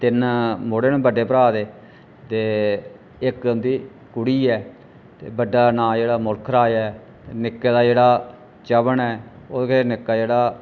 तिन्न मुड़े न बड्डे भ्रा दे ते इक उं'दी कुड़ी ऐ ते बड्डा दा नां जेह्ड़ा मुल्ख राज ऐ निक्के दा जेह्ड़ा चमन ऐ ओह्दे कशा निक्का जेह्ड़ा